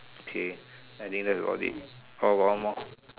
okay I think that's about it oh got one more